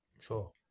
Sure